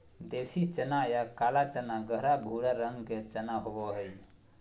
देसी चना या काला चना गहरा भूरा रंग के चना होबो हइ